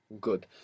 Good